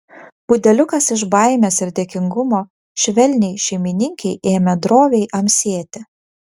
pudeliukas iš baimės ir dėkingumo švelniai šeimininkei ėmė droviai amsėti